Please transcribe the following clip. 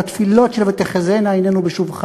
את התפילות של "ותחזינה עינינו בשובך